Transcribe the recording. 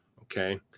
Okay